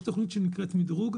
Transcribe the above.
יש תוכנית שנקראת מדרוג.